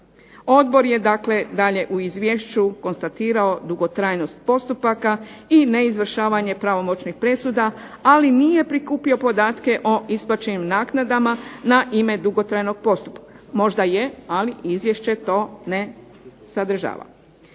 Odbor je dalje u Izvješću konstatirao dugotrajnost postupaka i neizvršavanje pravomoćnih presuda ali nije prikupio podatke o isplaćenim naknadama na ime dugotrajnoj postupka. Možda je ali izvješće to ne sadržava.